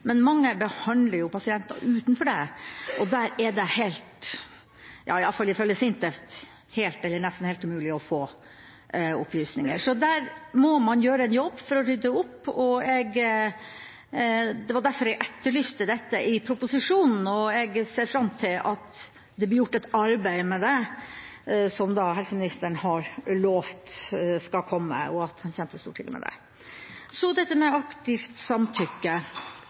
Men mange behandler pasienter utenfor, og der er det – ifølge SINTEF – helt eller nesten helt umulig å få opplysninger. Der må man gjøre en jobb for å rydde opp. Derfor etterlyste jeg dette i proposisjonen. Jeg ser fram til at det blir gjort et arbeid med det. Helseministeren har lovet det, og jeg ser fram til at han kommer til Stortinget med det. Så til det med aktivt samtykke: